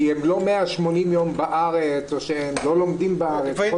כי הם לא 180 ימים בארץ או לא לומדים בארץ.